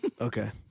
Okay